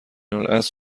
الاصل